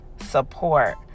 support